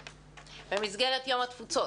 במסגרת יום התפוצות,